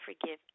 forgive